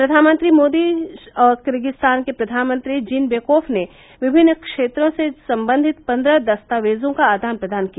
प्रधानमंत्री श्री मोदी और किर्गिजस्तान के प्रधानमंत्री जीनवेकोफ ने विभिन्न क्षेत्रों से संबंधित पन्द्रह दस्तावेजों का आदान प्रदान किया